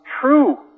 true